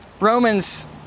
Romans